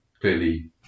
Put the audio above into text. clearly